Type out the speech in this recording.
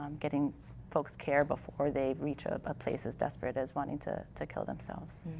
um getting folks care before they reach ah a place as desperate as wanting to to kill themselves.